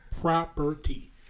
Property